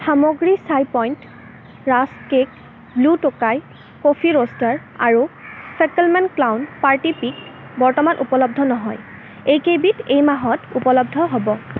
সামগ্ৰী চাই point rusk cake blue টোকাই কফি ৰোষ্টাৰ আৰু ফেকলমেন ক্লাউন পাৰ্টি পিক বৰ্তমান উপলব্ধ নহয় এইকেইবিধ এই মাহত উপলব্ধ হ'ব